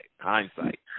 hindsight